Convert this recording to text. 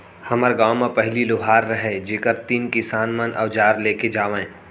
हर गॉंव म पहिली लोहार रहयँ जेकर तीन किसान मन अवजार लेके जावयँ